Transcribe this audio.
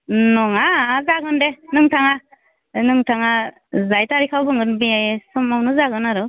नङा जागोन दे नोंथाङा नोंथाङा जाय थारिखआव हागोन बे समावनो जागोन आरो